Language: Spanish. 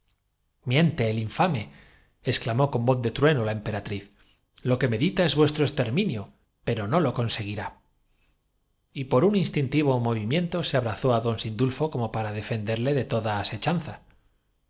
miente el infame exclamó con voz de trueno la cómo interrogaron todos emperatriz lo que medita es vuestro exterminio no es este el momento de las explicacionescon pero no lo conseguirá tinuó sun ché y por un instintivo movimiento se abrazó ádon sin la noche avanza y el tirano debe estar impaciente dulfo como para defenderle de toda asechanza